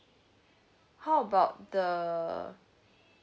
how about the